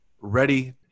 ready